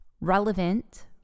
Relevant